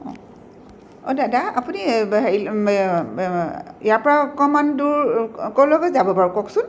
অঁ দাদা আপুনি হেৰি ইয়াৰ পৰা অকণমান দূৰ ক'লৈকে যাব বাৰু কওকচোন